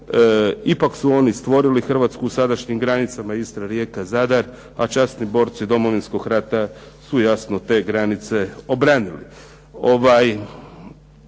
ipak su oni stvorili Hrvatsku u sadašnjim granicama Istra-Rijeka-Zadar, a časni borci Domovinskog rata su jasno te granice obranili.